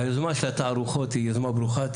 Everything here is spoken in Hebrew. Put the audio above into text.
היוזמה של התערוכות היא יוזמה ברוכה,